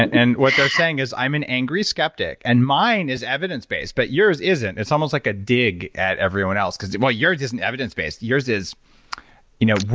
and what they're saying is i'm an angry skeptic and mine is evidence-based, but yours isn't. it's almost like a dig at everyone else because well, yours isn't evidence-based. yours is you know